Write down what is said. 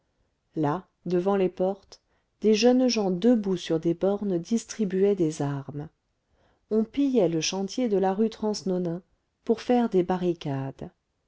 là devant les portes des jeunes gens debout sur des bornes distribuaient des armes on pillait le chantier de la rue transnonain pour faire des barricades